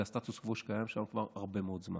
זה הסטטוס קוו שקיים שם כבר הרבה מאוד זמן.